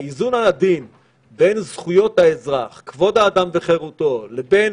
האיזון בין זכויות האזרח, כבוד האדם וחירותו, לבין